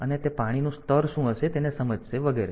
અને તે પાણીનું સ્તર શું હશે તેને સમજશે વગેરે